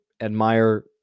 admire